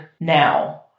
now